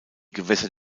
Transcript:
gewässer